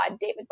David